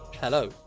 Hello